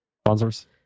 Sponsors